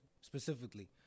specifically